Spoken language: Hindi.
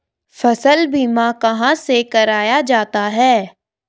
फसल बीमा कहाँ से कराया जाता है?